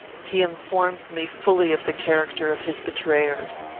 he informed me fully of the character of his betrayers.